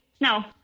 No